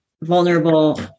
vulnerable